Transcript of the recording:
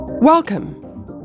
welcome